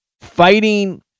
fighting